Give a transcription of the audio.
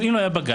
אם לא היה בג"ץ,